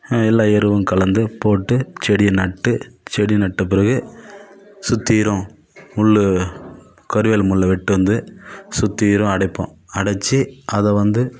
எல்லா எருவும் கலந்து போட்டு செடியை நட்டு செடி நட்ட பிறகு சுற்றிலும் முள் கருவேலம் முள்ளை வெட்டி வந்து சுற்றிலும் அடைப்போம் அடைச்சி அதை வந்து